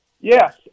Yes